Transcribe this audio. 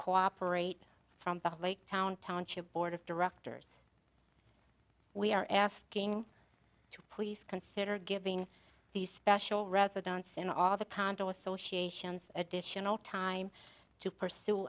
cooperate from town township board of directors we are asking to please consider giving these special residents in all the condo associations additional time to pursue